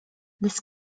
this